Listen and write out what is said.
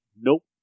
Nope